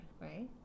right